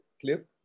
clip